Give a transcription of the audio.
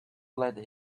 let